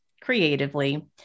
creatively